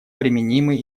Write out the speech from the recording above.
применимый